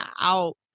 out